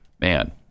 man